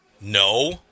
No